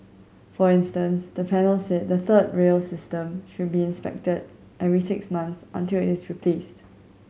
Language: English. for instance the panel said the third rail system should be inspected every six months until it is replaced